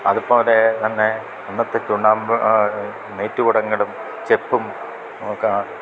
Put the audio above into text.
അതുപോലെ തന്നെ അന്നത്തെ ചുണ്ണാമ്പ് നെയ്ത്തുകൂടങ്ങളും ചെപ്പും ഒക്കെ